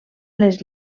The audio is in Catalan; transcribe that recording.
les